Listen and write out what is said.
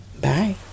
Bye